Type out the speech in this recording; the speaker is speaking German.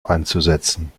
einzusetzen